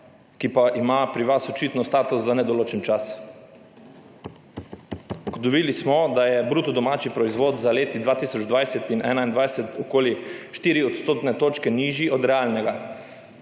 ki pa ima pri vas očitno status za nedoločen čas. Ugotovili smo, da je bruto domači proizvod za leti 2020 in 2021 okoli štiri odstotne točke nižji od realnega.